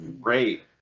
great